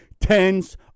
tens